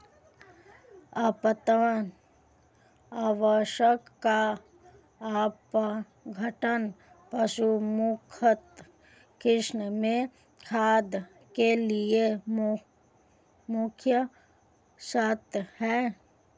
पादप अवशेषों का अपघटन पशु मुक्त कृषि में खाद के लिए मुख्य शर्त है